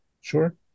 Sure